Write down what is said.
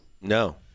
No